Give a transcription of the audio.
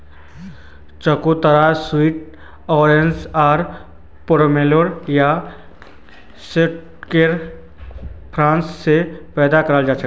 चकोतरा sweet orange आर pomelo या शैडॉकेर क्रॉस स पैदा हलछेक